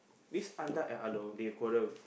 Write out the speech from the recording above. this Andak and Along they quarrel